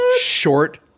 short-